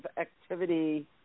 activity